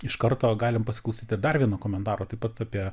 iš karto galim paskųsti dar vieno komentaro taip pat apie